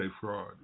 fraud